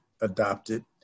adopted